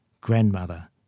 grandmother